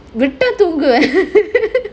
எப்படி தூங்குவ:eppadi thoonguva